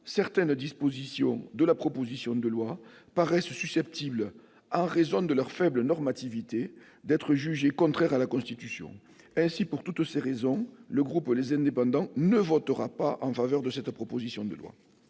certaines dispositions de la proposition de loi paraissent susceptibles, en raison de leur faible normativité, d'être jugées contraires à la Constitution. Aussi, pour toutes ces raisons, le groupe Les Indépendants - République et Territoires ne votera pas en faveur de cette proposition de loi.